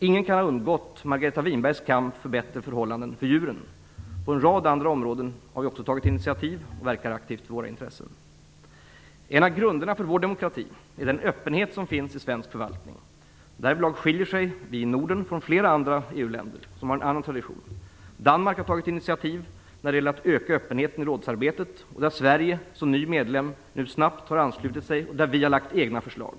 Ingen kan ha undgått Margareta Winbergs kamp för bättre förhållanden för djuren. Även på en rad andra områden har vi tagit initiativ och verkat aktivt för våra intressen. En av grunderna för vår demokrati är den öppenhet som finns i svensk förvaltning. Därvidlag skiljer vi i Norden oss från flera andra EU-länder som har en annan tradition. Danmark har tagit initiativ när det gäller att öka öppenheten i rådsarbetet. Där har Sverige, som medlem, nu snabbt anslutit sig. Vi har lagt egna förslag.